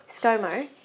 ScoMo